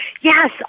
Yes